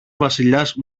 βασιλιάς